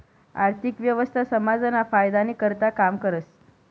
आर्थिक व्यवस्था समाजना फायदानी करताच काम करस